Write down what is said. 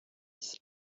six